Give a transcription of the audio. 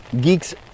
geeks